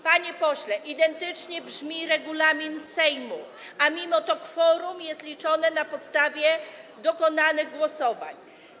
Panie pośle, identycznie brzmi regulamin Sejmu, a mimo to kworum jest liczone na podstawie dokonanych głosowań.